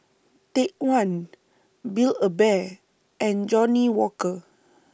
Take one Build A Bear and Johnnie Walker